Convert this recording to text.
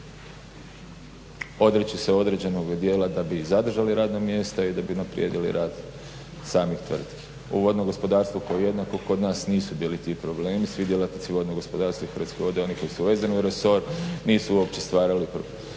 odreći se određenog dijela da bi zadržali radna mjesta i da bi unaprijedili rad samih tvrtki. Uvodno gospodarstvo koje je jednako kod nas nisu bili ti problemi, svi djelatnici vodnog gospodarstva i Hrvatskih voda i onih koji su vezani uz resor nisu uopće stvarali dodatne